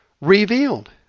revealed